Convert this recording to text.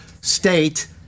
state